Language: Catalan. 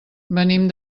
venim